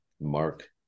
Mark